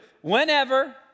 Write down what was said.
whenever